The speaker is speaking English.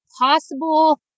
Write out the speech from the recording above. possible